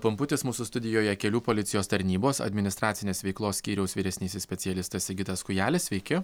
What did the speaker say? pumputis mūsų studijoje kelių policijos tarnybos administracinės veiklos skyriaus vyresnysis specialistas sigitas kūjelis sveiki